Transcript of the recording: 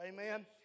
Amen